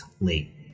late